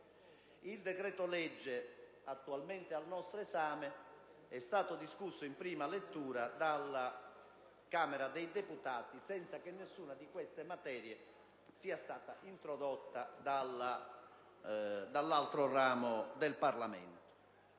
Il decreto-legge attualmente al nostro esame è stato discusso in prima lettura dalla Camera dei deputati senza che nessuna di queste materie sia stata introdotta in quella sede. Nel momento